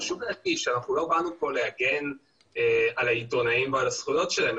חשוב להדגיש שאנחנו לא באנו פה להגן על העיתונאים ועל הזכויות שלהם,